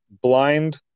blind